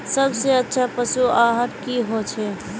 सबसे अच्छा पशु आहार की होचए?